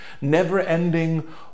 never-ending